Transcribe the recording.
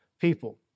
people